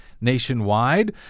nationwide